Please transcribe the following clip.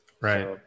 Right